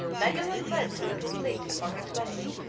magellan led the little fleet upon its way.